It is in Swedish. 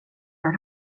jag